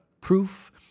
proof